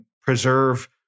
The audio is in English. preserve